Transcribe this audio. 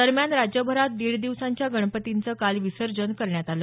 दरम्यान राज्यभरात दीड दिवसांच्या गणपतींचं काल विसर्जन करण्यात आलं